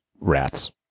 rats